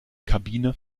kabine